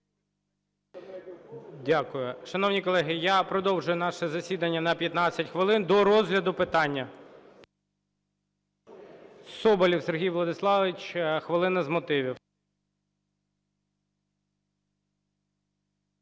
Дякую. Шановні колеги, я продовжую наше засідання на 15 хвилин, до розгляду питання. Соболєв Сергій Владиславович, хвилина з мотивів.